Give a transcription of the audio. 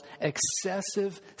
excessive